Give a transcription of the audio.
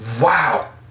Wow